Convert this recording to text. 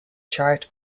chart